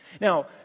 Now